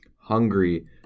hungry